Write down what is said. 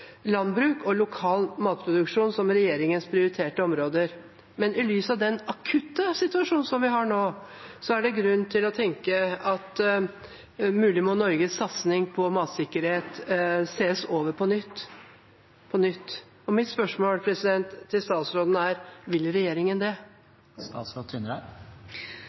landbruk og lokal matproduksjon som regjeringens prioriterte områder. Men i lys av den akutte situasjonen som vi har nå, er det grunn til å tenke at muligens må Norges satsing på matsikkerhet ses over på nytt igjen. Mitt spørsmål til statsråden er: Vil regjeringen det?